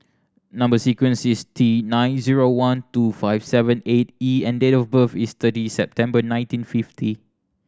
number sequence is T nine zero one two five seven eight E and date of birth is thirty September nineteen fifty